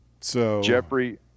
Jeffrey